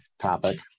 topic